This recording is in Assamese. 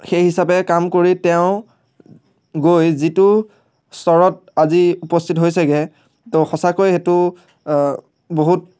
সেই হিচাপে কাম কৰি তেওঁ গৈ যিটো স্তৰত আজি উপস্থিত হৈছেগৈ তো সঁচাকৈ সেইটো বহুত